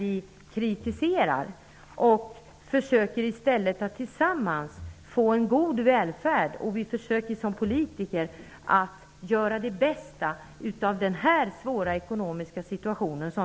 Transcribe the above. Vi måste tillsammans försöka åstadkomma en god välfärd. Som politiker måste vi försöka att göra det bästa av den svåra ekonomiska situationen.